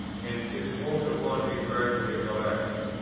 and his hold upon me gradually relaxed.